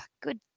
good